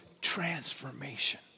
transformation